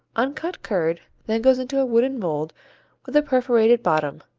uncut curd then goes into a wooden mold with a perforated bottom,